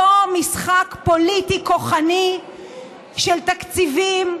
אותו משחק פוליטי כוחני של תקציבים,